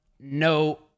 No